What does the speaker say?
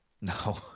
No